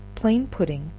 plain pudding,